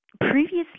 Previously